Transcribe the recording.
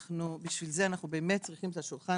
שעבורם אנחנו באמת צריכים את השולחן